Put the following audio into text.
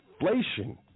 inflation